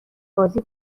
بازی